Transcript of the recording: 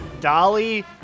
dolly